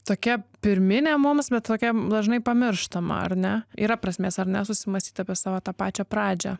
tokia pirminė mums bet tokia dažnai pamirštama ar ne yra prasmės ar ne susimąstyt apie savo tą pačią pradžią